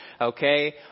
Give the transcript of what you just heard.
okay